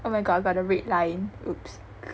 oh my god got the red line !oops!